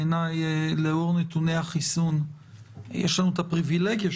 בעיניי לאור נתוני החיסון יש לנו את הפריבילגיה,